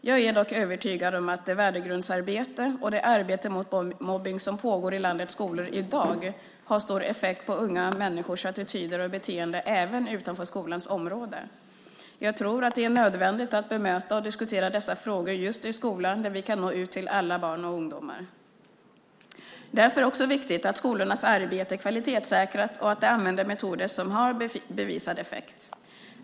Jag är dock övertygad om att det värdegrundsarbete och det arbete mot mobbning som pågår i landets skolor i dag har stor effekt på unga människors attityder och beteende även utanför skolans område. Jag tror att det är nödvändigt att bemöta och diskutera dessa frågor just i skolan, där vi kan nå ut till alla barn och ungdomar. Därför är det också viktigt att skolornas arbete är kvalitetssäkrat och att man använder metoder som har bevisad effekt.